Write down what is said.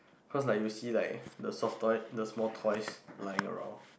cause like you will see like the soft toys the small toys lying around